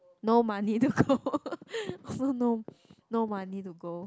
no money don't go no no money to go